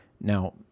Now